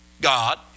God